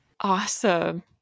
Awesome